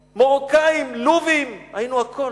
מרוקאים, לובים, היינו הכול.